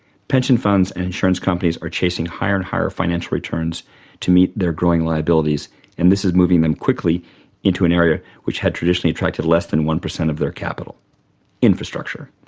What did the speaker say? pension funds and insurance companies are chasing higher and higher financial returns to meet their growing liabilities and this is moving them quickly into an area which had traditionally attracted less than one percent of their capital infrastructure.